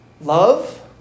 love